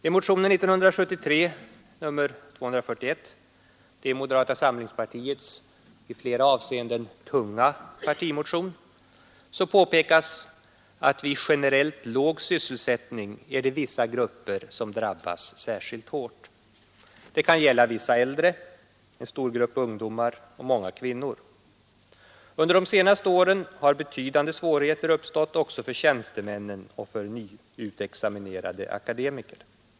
I motionen 1973:241, moderata samlingspartiets i flera avseenden tunga partimotion, påpekas att vid generellt låg sysselsättning är det vissa grupper som drabbas särskilt hårt. Det kan gälla vissa äldre, en stor grupp ungdomar och många kvinnor. Under de senaste åren har också betydande svårigheter uppstått för tjänstemän och för nyutexaminerade akademiker.